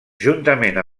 juntament